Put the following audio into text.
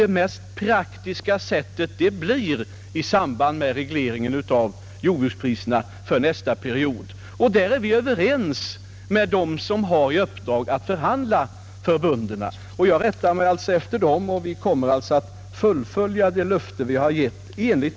Det mest praktiska sättet blir i samband med regleringen av jordbrukspriserna för nästa period. På den punkten är vi överens med dem som har i uppdrag att förhandla för bönderna. Jag rättar mig efter dem. Vi kommer att i enlighet med avtalet fullfölja de löften vi gett.